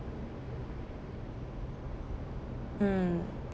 mm